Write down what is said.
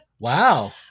Wow